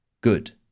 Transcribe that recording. Good